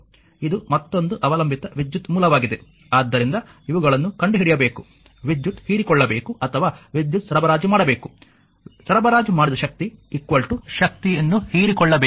ಆದ್ದರಿಂದ ಇವುಗಳನ್ನು ಕಂಡುಹಿಡಿಯಬೇಕು ವಿದ್ಯುತ್ ಹೀರಿಕೊಳ್ಳಬೇಕು ಅಥವಾ ವಿದ್ಯುತ್ ಸರಬರಾಜು ಮಾಡಬೇಕು ಸರಬರಾಜು ಮಾಡಬೇಕಾದ ಶಕ್ತಿ ಶಕ್ತಿಯನ್ನು ಹೀರಿಕೊಳ್ಳಬೇಕು